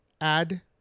add